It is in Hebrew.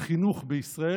החינוך בישראל.